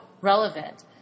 relevant